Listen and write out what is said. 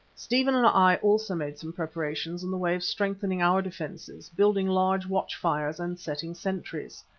stephen and i also made some preparations in the way of strengthening our defences, building large watch-fires and setting sentries.